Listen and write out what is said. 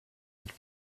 und